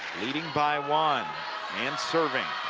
leading by one and serving.